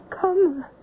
come